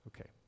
Okay